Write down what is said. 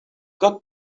got